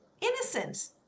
Innocent